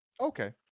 okay